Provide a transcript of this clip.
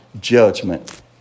Judgment